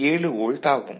7 volt ஆகும்